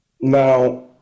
Now